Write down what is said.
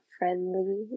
friendly